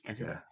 okay